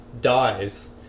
dies